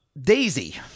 Daisy